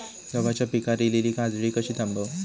गव्हाच्या पिकार इलीली काजळी कशी थांबव?